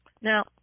Now